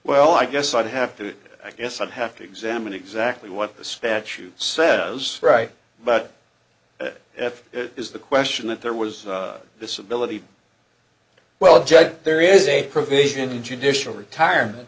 well i guess i'd have to i guess i'd have to examine exactly what the statute says right but if it is the question that there was disability well judge there is a provision in judicial retirement